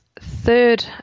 third